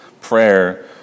prayer